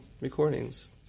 recordings